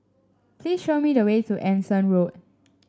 please show me the way to Anson Road